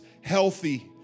healthy